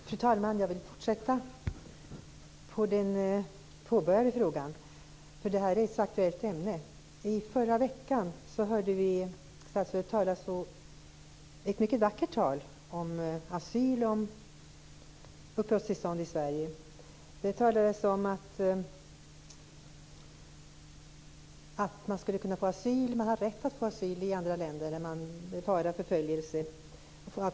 Fru talman! Jag vill fortsätta på den påbörjade frågan, eftersom det här är ett aktuellt ämne. I förra veckan hörde vi statsrådet tala mycket vackert om asyl och uppehållstillstånd i Sverige. Det talades om att man skall kunna få asyl i andra länder när det är fara för förföljelse.